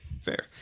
Fair